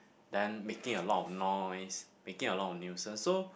then making a lot of noise making a lot of nuisance so